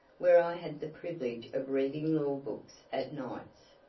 where i had the privilege of reading law-books at nights,